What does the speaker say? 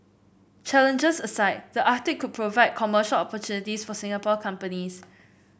challenges aside the Arctic provide commercial opportunities for Singapore companies